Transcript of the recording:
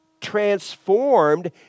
transformed